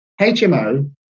HMO